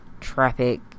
traffic